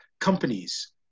companies